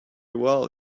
well